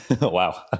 Wow